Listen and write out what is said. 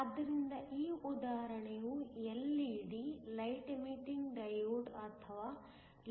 ಆದ್ದರಿಂದ ಈ ಉದಾಹರಣೆಯು LED ಲೈಟ್ ಎಮಿಟಿಂಗ್ ಡಯೋಡ್ ಅಥವಾ ಲೇಸರ್ ಆಗಿರುತ್ತದೆ